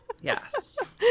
Yes